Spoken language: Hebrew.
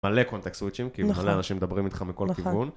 מלא קונטקט סוויצ'ים, כי מלא אנשים מדברים איתך מכל כיוון.